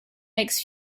makes